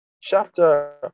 chapter